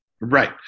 Right